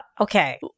Okay